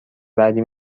بعدی